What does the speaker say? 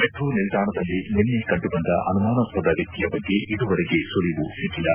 metro ನಿಲ್ದಾಣದಲ್ಲಿ ನಿನ್ನೆ ಕಂಡುಬಂದ ಅನುಮಾನಾಸ್ವದ ವ್ಯಕ್ತಿಯ ಬಗ್ಗೆ ಇದುವರೆಗೆ ಸುಳಿವು ಸಿಕ್ಕಿಲ್ಲ